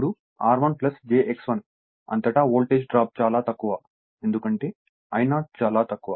ఇప్పుడు R1 j X1 అంతటా voltage drop చాలా తక్కువ ఎందుకంటే I0 చాలా తక్కువ